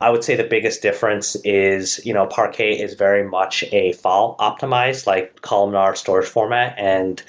i would say the biggest difference is you know parquet is very much a file optimized, like columnar storage format and